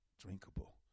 drinkable